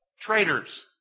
Traitors